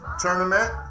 Tournament